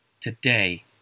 today